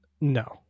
No